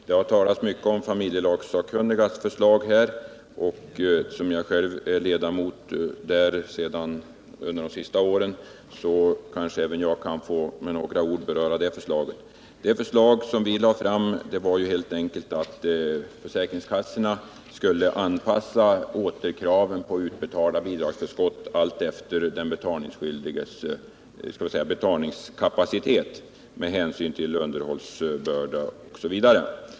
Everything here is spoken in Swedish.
Det har talats mycket om familjelagssakkunnigas förslag här, och eftersom jag själv sedan hösten 1976 är ledamot där, kanske även jag med några ord kan få beröra det förslaget. Det förslag som vi lade fram var helt enkelt att försäkringskassorna skulle anpassa återkraven på utbetalade bidragsförskott alltefter den betalningsskyldiges betalningskapacitet, med hänsyn till underhållsbörda osv.